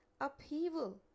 upheaval